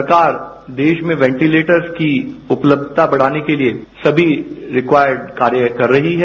सरकार देश में वेन्टीलेटर्स की उपलब्धता बढ़ाने के लिये सभी रिक्वायर्ड कार्य कर रही है